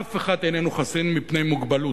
אף אחד איננו חסין מפני מוגבלות.